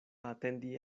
atendi